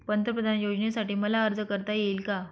पंतप्रधान योजनेसाठी मला अर्ज करता येईल का?